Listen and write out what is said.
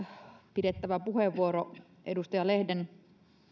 pidettävä puheenvuoro edustaja lehden